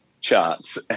charts